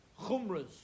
chumras